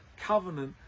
covenant